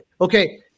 Okay